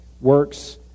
works